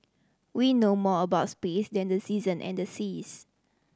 we know more about space than the season and the seas